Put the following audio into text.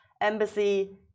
embassy